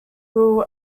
rural